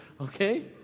okay